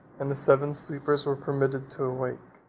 and the seven sleepers were permitted to awake.